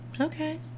Okay